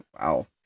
Wow